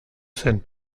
zen